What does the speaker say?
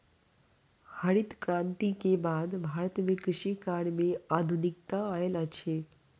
हरित क्रांति के बाद भारत में कृषि कार्य में आधुनिकता आयल अछि